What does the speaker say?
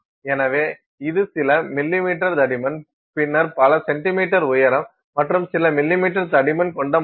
எனவே இது சில மில்லிமீட்டர் தடிமன் பின்னர் பல சென்டிமீட்டர் உயரம் மற்றும் சில மில்லிமீட்டர் தடிமன் கொண்ட மாதிரி